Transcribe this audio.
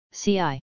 CI